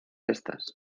estas